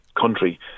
country